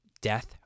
death